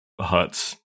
huts